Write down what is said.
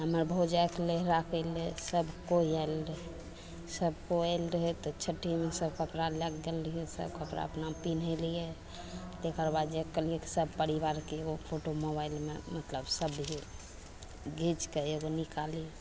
हमर भौजाइके नहिराके अएलै सभकोइ आएल रहै सभकोइ आएल रहै तऽ छट्ठीमे सभ कपड़ा लैके गेल रहिए सभ कपड़ा अपना पिन्हेलिए तकर बाद जाइकाल सभ परिवारके एगो फोटो मोबाइलमे मतलब सभे घिचिके एगो निकाललिए